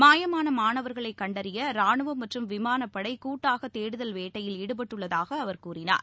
மாயமான மாணவர்களை கண்டறிய ராணுவம் மற்றும் விமானப்படை கூட்டாக தேடுதல் வேட்டையில் ஈடுபட்டுள்ளதாக அவர் கூறினார்